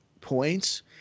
points